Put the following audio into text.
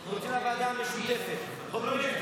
אני מודיע שהצעת חוק העונשין (תיקון, הגדרת איום),